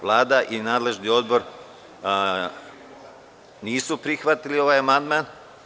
Vlada i nadležni odbor nisu prihvatili ovaj amandman.